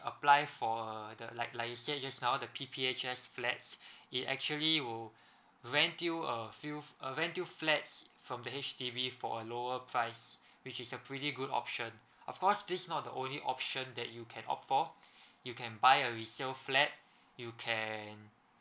apply for the like like you said just now the P_P_H_S flats it actually will rent you a few uh rent you flats from the H_D_B for a lower price which is a pretty good option of course this not the only option that you can opt for you can buy a resale flat you can